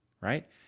right